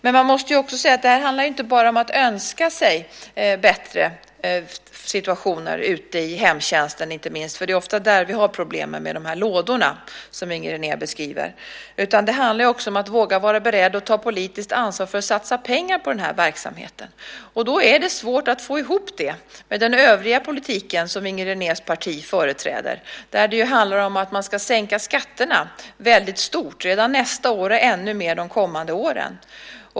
Men man måste också säga att det inte bara handlar om att önska sig bättre situationer ute i hemtjänsten inte minst. Det är ofta där vi har problemen med de här lådorna som Inger René beskriver. Det handlar också om att våga vara beredd att ta politiskt ansvar för att satsa pengar på den här verksamheten. Då är det svårt att få ihop det med den övriga politiken som Inger Renés parti företräder. Där handlar det om att man ska sänka skatterna väldigt mycket redan nästa år och ännu mer de kommande åren.